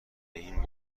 این